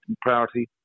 priority